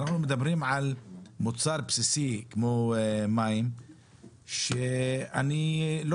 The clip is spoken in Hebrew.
ואנחנו מדברים על מוצר בסיסי כמו מים שאני שלא